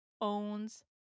owns